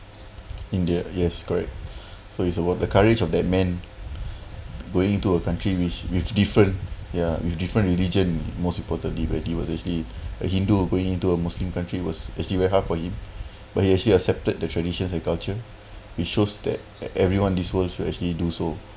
india yes correct so it's about the courage of that man going to a country which with different ya with different religion most importantly when he was actually a hindu going to a muslim country was actually very hard for him but he actually accepted the traditions and culture it shows that everyone this world should actually do so